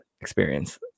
experience